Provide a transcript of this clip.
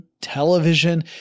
television